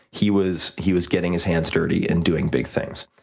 he was he was getting his hands dirty and doing big things.